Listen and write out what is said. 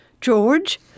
George